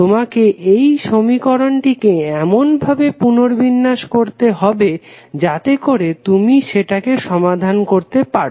তোমাকে এই সমীকরণটিকে এমন ভাবে পুনর্বিন্যাস করতে হবে যাতে করে তুমি সেটাকে সমাধান করতে পারো